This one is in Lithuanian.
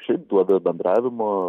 šiaip duoda bendravimo